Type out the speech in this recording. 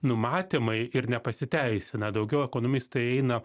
numatymai ir nepasiteisina daugiau ekonomistai eina